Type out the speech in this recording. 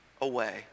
away